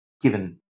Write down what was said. given